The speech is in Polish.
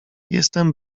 jestem